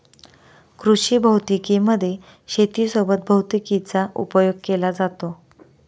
कृषी भौतिकी मध्ये शेती सोबत भैतिकीचा उपयोग केला जातो